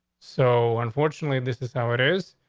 so unfortunately, this is how it is.